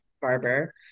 barber